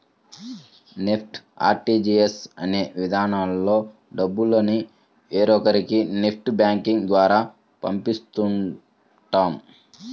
NEFT, RTGS అనే విధానాల్లో డబ్బుల్ని వేరొకరికి నెట్ బ్యాంకింగ్ ద్వారా పంపిస్తుంటాం